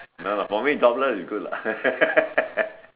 no lah for me jobless is good lah